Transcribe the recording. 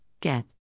get